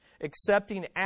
Accepting